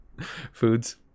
Foods